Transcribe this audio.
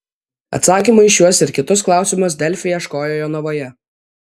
atsakymų į šiuos ir kitus klausimus delfi ieškojo jonavoje